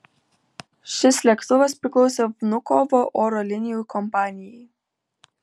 šis lėktuvas priklausė vnukovo oro linijų kompanijai